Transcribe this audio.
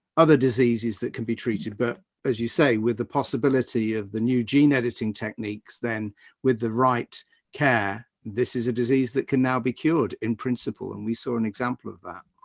other diseases that can be treated. but as you say with the possibility of the new gene editing techniques, then with the right care, this is a disease that can now be cured in principle. and we saw an example of that.